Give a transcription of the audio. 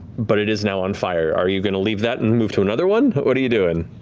but it is now on fire. are you going to leave that and move to another one? but what are you doing?